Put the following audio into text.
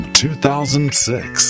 2006